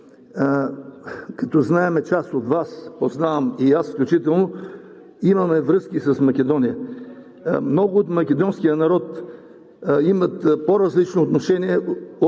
както знаем – част от Вас познавам, и аз включително, имаме връзки с Македония – много от македонския народ има по-различно отношение от